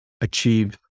achieve